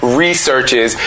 researches